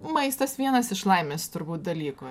maistas vienas iš laimės turbūt dalykų